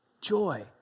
Joy